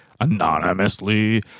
anonymously